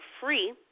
free